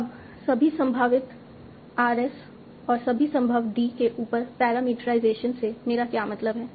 अब सभी संभावित r s और सभी संभव d के ऊपर पैरामीटराइजेशन से मेरा क्या मतलब है